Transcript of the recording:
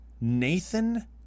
Nathan